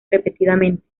repetidamente